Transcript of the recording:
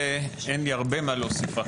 אין לי הרבה מה לומר,